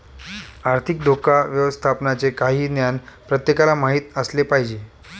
आर्थिक धोका व्यवस्थापनाचे काही ज्ञान प्रत्येकाला माहित असले पाहिजे